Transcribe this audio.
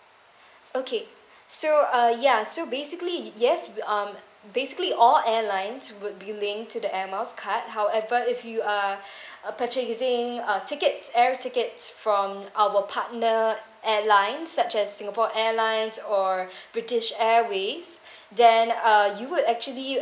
okay so uh ya so basically yes we mm basically all airlines were giving to the air miles card however if you are uh purchasing uh tickets air tickets from our partner airline such as singapore airlines or british airways then uh you will actually